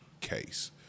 case